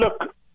look